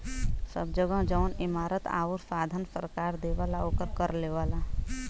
सब जगह जौन इमारत आउर साधन सरकार देवला ओकर कर लेवला